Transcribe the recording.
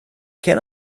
can